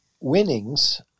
winnings